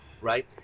right